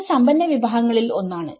ഇത് സമ്പന്ന വിഭാഗങ്ങളിൽ ഒന്നാണ്